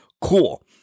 cool